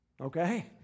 okay